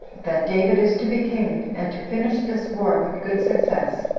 that david is to be king, and to finish this war with good success